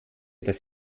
das